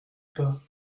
pas